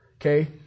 okay